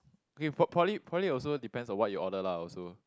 okay po~ poly poly also depends on what you order lah also